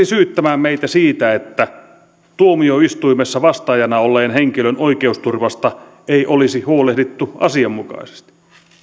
syyttämään meitä siitä että tuomioistuimessa vastaajana olleen henkilön oikeusturvasta ei olisi huolehdittu asianmukaisesti